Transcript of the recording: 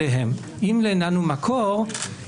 אני מאוד שמח על כך מכל הלב.